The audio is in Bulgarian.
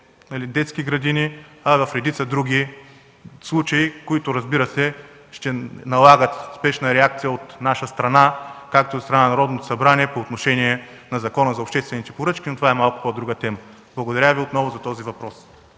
детски градини, а и в редица други случаи, които, разбира се, ще налагат спешна реакция от наша страна, както и от страна на Народното събрание по отношение на Закона за обществените поръчки. Това е малко по-друга тема. Благодаря отново за този въпрос.